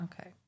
Okay